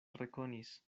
rekonis